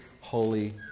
holy